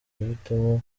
guhitamo